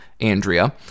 Andrea